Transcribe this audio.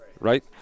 right